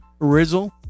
Rizzle